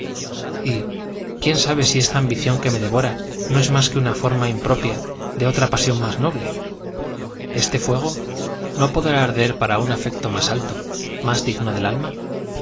y quién sabe si esta ambición que me devora no es más que una forma impropia de otra pasión más noble este fuego no podrá arder para un afecto más alto más digno del alma